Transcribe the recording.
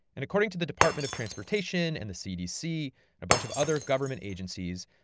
and according to the department of transportation and the cdc and a bunch of other government agencies,